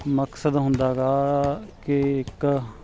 ਮਕਸਦ ਹੁੰਦਾ ਗਾ ਕਿ ਇੱਕ